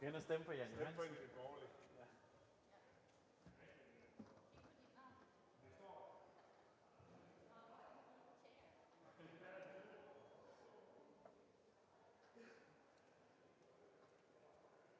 på en eller anden